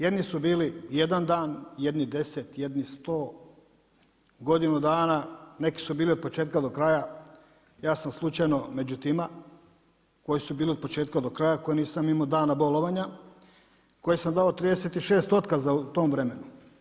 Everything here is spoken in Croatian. Jedni su bili jedan dan, jedni deset, jedni 100, godinu dana, neki su bili od početka do kraja, ja sam slučajno među tima koji su bili od početka do kraja koji nisam imao dana bolovanja, koji sam dao 36 otkaza u tom vremenu.